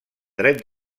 dret